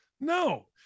No